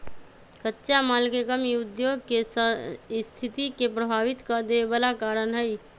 कच्चा माल के कमी उद्योग के सस्थिति के प्रभावित कदेवे बला कारण हई